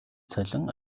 цалин